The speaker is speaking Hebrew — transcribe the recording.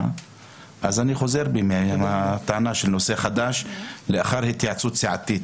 אז אני חוזר בי מטענה של נושא חדש לאחר התייעצות סיעתית.